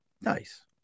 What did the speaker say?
Nice